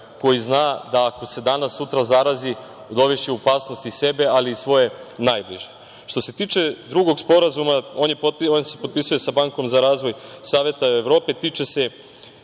koji zna da ako se danas, sutra zarazi, dovešće u opasnost i sebe, ali i svoje najbliže. Što se tiče drugog sporazuma, on se potpisuje sa Bankom za razvoj Saveta Evrope. Tiče se